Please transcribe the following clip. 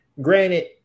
granted